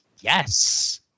Yes